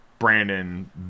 Brandon